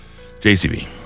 JCB